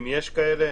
אם יש כאלה.